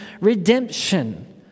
redemption